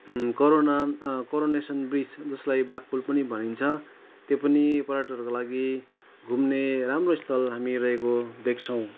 corona coronation bridge जसलाई बाघपुल पनि भनिन्छ त्यो पनि पर्यटकहरूको लागि घुम्ने राम्रो स्थल हामी रहेको देख्छौँ